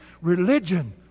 Religion